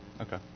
Okay